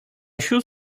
should